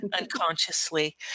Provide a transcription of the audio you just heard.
unconsciously